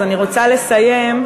אני רוצה לסיים,